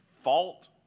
fault